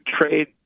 trade